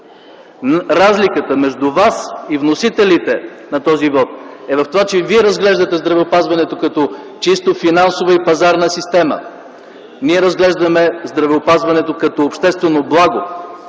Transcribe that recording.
Разликата между вас и вносителите на този вот е в това, че вие разглеждате здравеопазването като чисто финансова и пазарна система. Ние разглеждаме здравеопазването като обществено благо